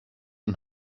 und